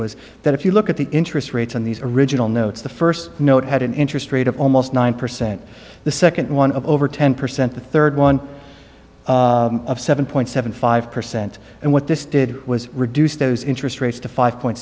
was that if you look at the interest rates on the original notes the first note had an interest rate of almost nine percent the second one of over ten percent the third one of seven point seven five percent and what this did was reduce those interest rates to five point